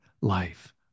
life